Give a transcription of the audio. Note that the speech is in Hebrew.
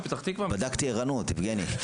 בדקתי ערנות, יבגני.